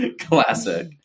Classic